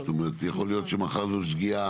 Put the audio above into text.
זאת אומרת, יכולה להיות שמחר זו שגיאה.